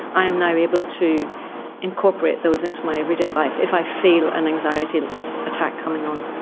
i am now able to incorporate those into my everyday life if i feel an anxiety like attack coming on.